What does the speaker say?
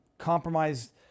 compromise